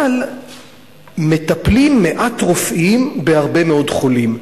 אבל מעט רופאים מטפלים בהרבה מאוד חולים.